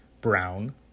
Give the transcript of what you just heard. brown